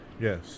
Yes